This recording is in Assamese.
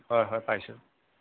হয় হয় পাইছোঁ